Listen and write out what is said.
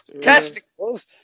testicles